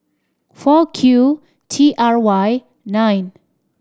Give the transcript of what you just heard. four Q T R Y nine